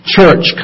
Church